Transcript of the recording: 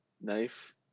knife